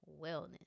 wellness